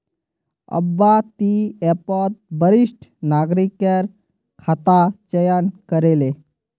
अब्बा ती ऐपत वरिष्ठ नागरिकेर खाता चयन करे ले